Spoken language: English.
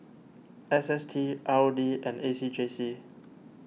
S S T R O D and A C J C